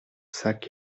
sac